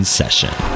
session